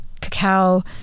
cacao